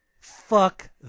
Fuck